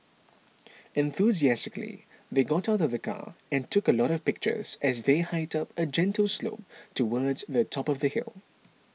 enthusiastically they got out of the car and took a lot of pictures as they hiked up a gentle slope towards the top of the hill